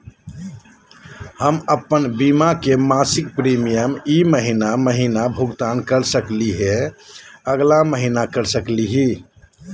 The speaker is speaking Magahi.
हम अप्पन बीमा के मासिक प्रीमियम ई महीना महिना भुगतान कर सकली हे, अगला महीना कर सकली हई?